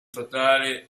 totale